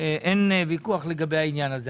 אין ויכוח לגבי זה.